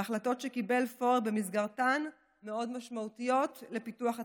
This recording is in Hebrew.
וההחלטות שקיבל פורר במסגרתן מאוד משמעותיות לפיתוח הצפון.